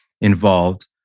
involved